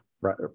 right